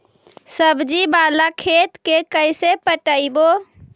सब्जी बाला खेत के कैसे पटइबै?